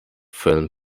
film